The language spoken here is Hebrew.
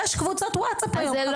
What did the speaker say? יש קבוצות וואטסאפ היום,